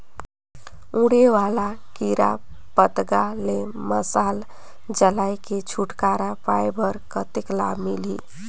उड़े वाला कीरा पतंगा ले मशाल जलाय के छुटकारा पाय बर कतेक लाभ मिलही?